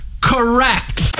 correct